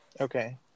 okay